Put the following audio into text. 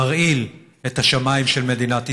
מרעיל את השמיים של מדינת ישראל.